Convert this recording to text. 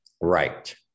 Right